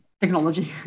technology